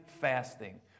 fasting